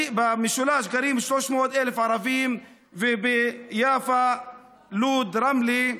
במשולש גרים 300,000 ערבים וביפו, לוד, רמלה,